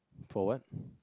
for what